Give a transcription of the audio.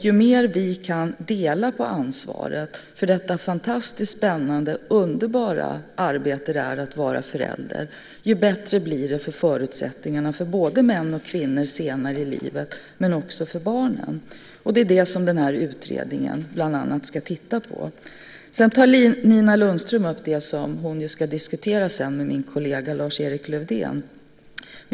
Ju mer vi kan dela på ansvaret för det fantastiskt spännande underbara arbete det är att vara förälder desto bättre blir förutsättningarna för både män och kvinnor senare i livet men också för barnen. Det är det som den här utredningen bland annat ska titta på. Nina Lundström tar upp det som hon ska diskutera sedan med min kollega Lars-Erik Lövdén.